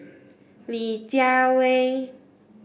Li Jiawei